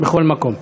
בכל מקום.